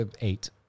eight